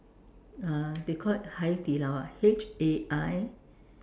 uh they call it Hai-Di-Lao ah H A I